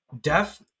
death